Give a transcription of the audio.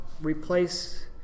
replace